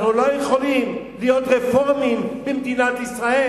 אנחנו לא יכולים להיות רפורמים במדינת ישראל,